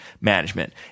management